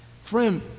Friend